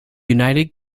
united